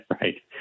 Right